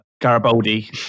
Garibaldi